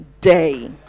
Day